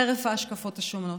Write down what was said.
חרף ההשקפות השונות,